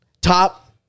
Top